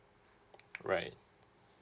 right